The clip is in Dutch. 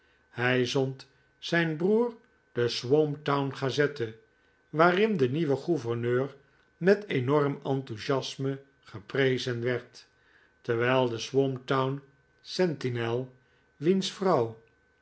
hij zond zijn broer de swamp town gazette waarin de nieuwe gouverneur met enorm enthousiasme geprezen werd terwijl de swamp town sentinel wiens vrouw